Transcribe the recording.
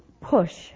push